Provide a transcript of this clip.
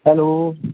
hello